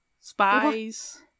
Spies